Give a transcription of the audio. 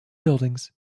buildings